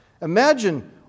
Imagine